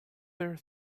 there